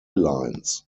lines